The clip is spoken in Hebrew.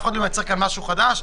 אף אחד לא מייצר כאן משהו חדש.